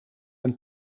een